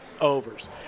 overs